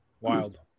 wild